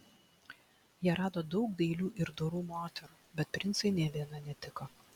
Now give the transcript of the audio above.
jie rado daug dailių ir dorų moterų bet princui nė viena netiko